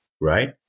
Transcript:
right